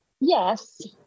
Yes